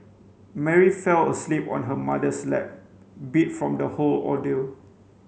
Mary fell asleep on her mother's lap beat from the whole ordeal